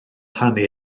plannu